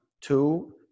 two